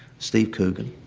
steve coogan.